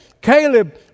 Caleb